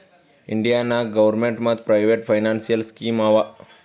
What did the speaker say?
India ನಾಗ್ government ಮತ್ private financial scheme ಆವಾ